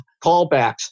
callbacks